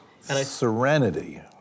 Serenity